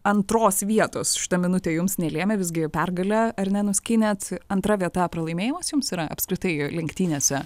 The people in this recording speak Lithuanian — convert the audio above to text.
antros vietos šita minutė jums nelėmė visgi pergalę ar ne nuskynėt antra vieta pralaimėjimas jums yra apskritai lenktynėse